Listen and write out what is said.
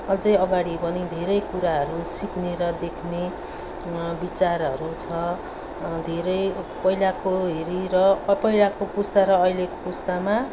अझै अघाडि पनि धेरै कुराहरू सिक्ने र देख्ने विचारहरू छ धेरै पहिलाको हेरी र पहिलाको पुस्ता र अहिलेको पुस्तामा